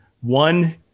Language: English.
One